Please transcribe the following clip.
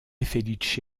felice